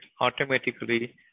automatically